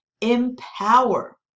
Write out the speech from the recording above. empower